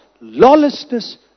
lawlessness